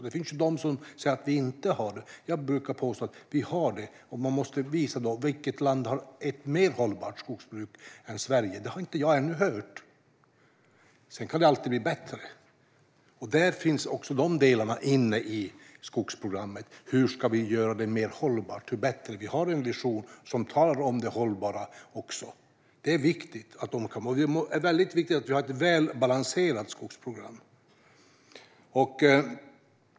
Det finns de som säger att vi inte har det, men jag brukar påstå att vi har det. Vilket land har ett mer hållbart skogsbruk än Sverige? Det har jag ännu inte hört. Sedan kan det alltid bli bättre. De delarna finns också i skogsprogrammet. Hur ska vi göra det bättre och mer hållbart? Vi har en vision som talar om det hållbara också, vilket är viktigt. Det är också väldigt viktigt att vi har ett väl balanserat skogsprogram.